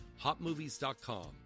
HotMovies.com